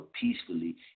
peacefully